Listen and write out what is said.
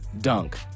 Dunk